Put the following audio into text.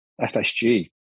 FSG